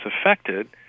affected